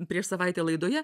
prieš savaitę laidoje